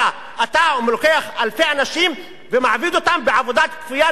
אתה לוקח אלפי אנשים ומעביד אותם עבודת כפייה ללא שכר.